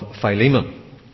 Philemon